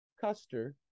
Custer